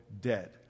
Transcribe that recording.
dead